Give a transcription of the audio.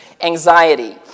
anxiety